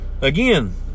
Again